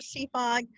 Seafog